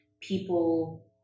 people